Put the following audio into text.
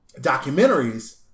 documentaries